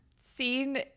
seen